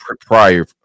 prior